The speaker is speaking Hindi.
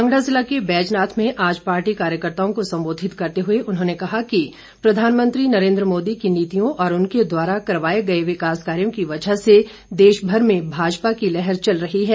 कांगड़ा जिला के बैजनाथ में आज पार्टी कार्यकर्त्ताओं को संबोधित करते हुए उन्होंने कहा कि प्रधानमंत्री नरेंद्र मोदी की नीतियों और उनके द्वारा करवाए गए विकास कार्यों की वजह से देश भर में भाजपा की लहर चल रही है